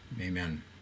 amen